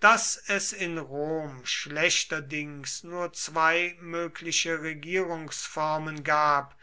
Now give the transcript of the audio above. daß es in rom schlechterdings nur zwei mögliche regierungsformen gab